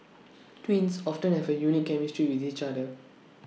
twins often have A unique chemistry with each other